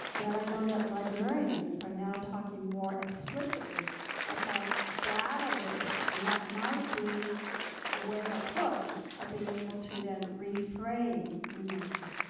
that i know that librarians are now talking more explicitly about data literacy, and that might be a way a hook at ah being able to then refrain numeracy.